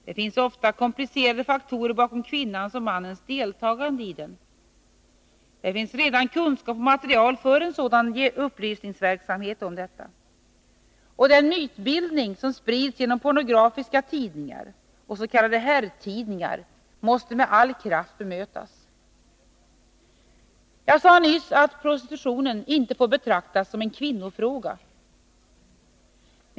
Det finns ofta komplicerade faktorer bakom kvinnans och mannens deltagande i prostitutionen. Det finns redan kunskap och material för en sådan upplysningsverksamhet. Den mytbildning som sprids genom pornografiska tidningar och s.k. herrtidningar måste med all kraft bemötas. Jag sade nyss att prostitutionen inte får betraktas som en kvinnofråga.